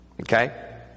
Okay